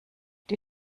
die